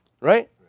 Right